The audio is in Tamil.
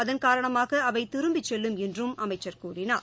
அதன் காரணமாகஅவைதிரும்பிச் செல்லும் என்றும் அமைச்சர் கூறினார்